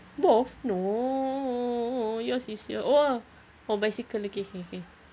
both no yours is at oh ah oh bicycle okay okay okay